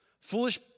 Foolish